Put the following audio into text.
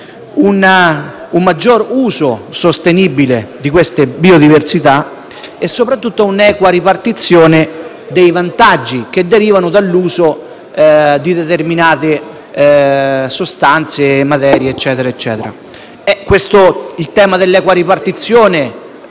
un maggior uso sostenibile di queste biodiversità e, soprattutto, un'equa ripartizione dei vantaggi che derivano dall'uso di determinate sostanze. Il tema dell'equa ripartizione,